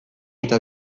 eta